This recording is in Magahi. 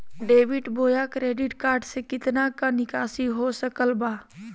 डेबिट बोया क्रेडिट कार्ड से कितना का निकासी हो सकल बा?